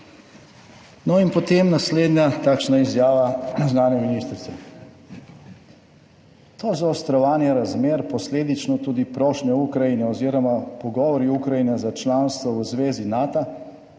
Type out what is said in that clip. No, in potem naslednja takšna izjava zunanje ministrice, »to zaostrovanje razmer, posledično tudi prošnje Ukrajine oziroma pogovori Ukrajine za članstvo v zvezi Nato